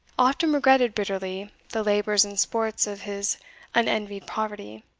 often regretted bitterly the labours and sports of his unenvied poverty.